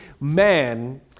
man